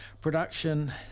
production